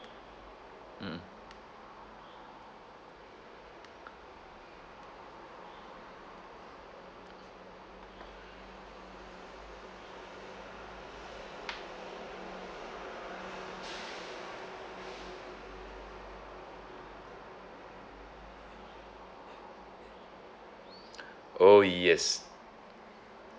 mmhmm oh yes